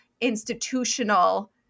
institutional